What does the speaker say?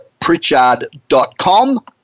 Pritchard.com